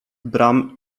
bram